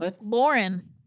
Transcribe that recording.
Lauren